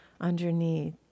underneath